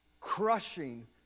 crushing